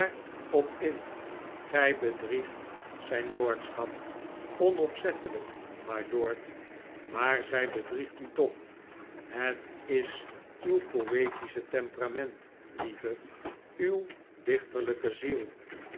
op in gij bedriegt zijn lordschap onopzettelijk mylord maar zij bedriegt u toch het is uw poetische temperament lieve uw dichterlijke ziel